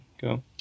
go